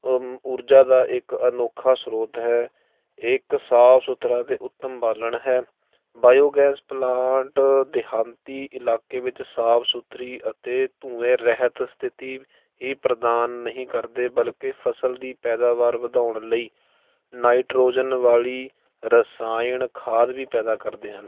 ਊਰਜਾ ਦਾ ਇੱਕ ਅਨੋਖਾ ਸਰੋਤ ਹੈ ਇੱਕ ਸਾਫ ਸੁਥਰਾ ਅਤੇ ਉੱਤਮ ਬਾਲਣ ਹੈ ਬਾਇਓਗੈਸ ਪਲਾਂਟ ਦੇਹਾਂਤੀ ਇਲਾਕੇ ਵਿੱਚ ਸਾਫ ਸੁਥਰੀ ਅਤੇ ਧੂੰਏ ਰਹਿਤ ਸਥਿਤੀ ਹੀ ਪ੍ਰਧਾਨ ਨਹੀਂ ਕਰਦੇ ਬਲਕਿ ਫਸਲ ਦੀ ਪੈਦਾਵਾਰ ਵਧਾਉਣ ਲਈ ਨਾਈਟ੍ਰੋਜਨ ਵਾਲੀ ਰਸਾਇਣ ਖਾਦ ਵੀ ਪੈਦਾ ਕਰਦੇ ਹਨ